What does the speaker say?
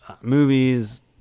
movies